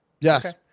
yes